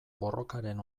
borrokaren